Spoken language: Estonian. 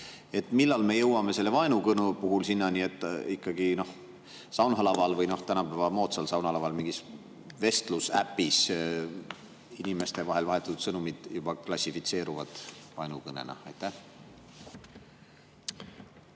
Millal me jõuame selle vaenukõne puhul sinnani, et ikkagi saunalaval või tänapäeva moodsal saunalaval – mingis vestlusäpis – inimeste vahel vahetatud sõnumid juba klassifitseeruvad vaenukõnena? Ma